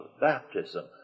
baptism